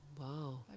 Wow